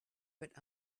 but